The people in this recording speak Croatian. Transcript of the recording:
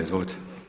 Izvolite.